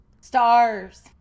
stars